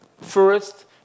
first